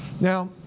Now